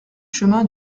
chemin